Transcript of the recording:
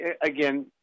again